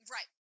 Right